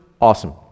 awesome